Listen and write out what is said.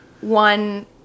one